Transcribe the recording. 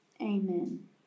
amen